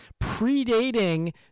predating